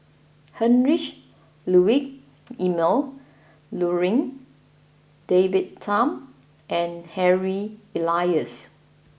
Heinrich Ludwig Emil Luering David Tham and Harry Elias